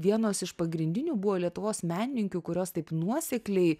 vienos iš pagrindinių buvo lietuvos menininkių kurios taip nuosekliai